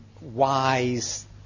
wise